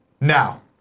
now